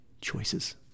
choices